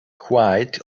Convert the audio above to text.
quite